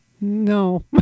No